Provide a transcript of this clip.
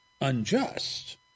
unjust